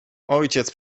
ojciec